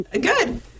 Good